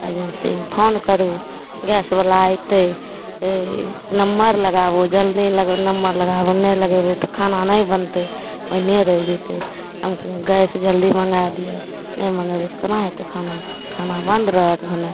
एजेन्सीमे फोन करू गैसवला अएतै तऽ ई नम्बर लगाबू जल्दी लगै नम्बर लगाबू नहि लगेबै तऽ खाना नहि बनतै ओहिने रहि जएतै हम उँ गैस जल्दी मँगै दिअऽ नहि मँगेबै तऽ कोना हेतै खाना खाना बन्द रहत भने